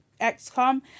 XCOM